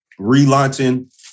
relaunching